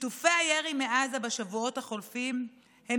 טפטופי הירי מעזה בשבועות החולפים הם